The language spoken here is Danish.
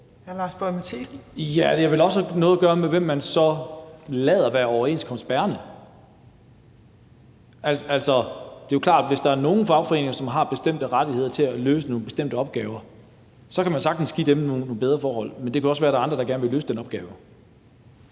har vel også noget at gøre med, hvem man så lader være overenskomstbærende. Altså, det er jo klart, at hvis der er nogle fagforeninger, som har bestemte rettigheder til at løse nogle bestemte opgaver, så kan man sagtens give dem nogle bedre forhold. Men det kan også være, at der er andre, der gerne vil løse den opgave.